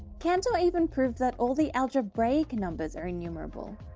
cantor even proved that all the algebraic numbers are enumerable.